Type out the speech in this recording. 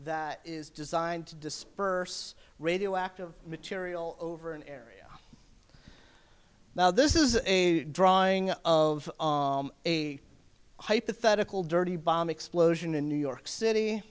that is designed to disperse radioactive material over an area now this is a drawing of a hypothetical dirty bomb explosion in new york city